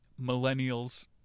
Millennials